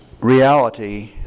reality